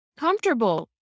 Comfortable